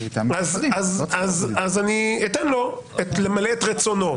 לכן אני אתן לו למלא את רצונו.